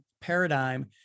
paradigm